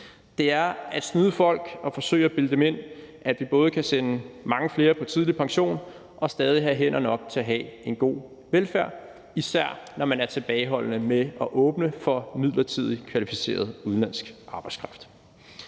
Det er at snyde folk at forsøge at bilde dem ind, at vi både kan sende mange flere på tidlig pension og stadig have hænder nok til at have en god velfærd, især når man er tilbageholdende med at åbne for midlertidig kvalificeret udenlandsk arbejdskraft.